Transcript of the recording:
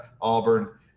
Auburn